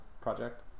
project